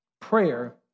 Prayer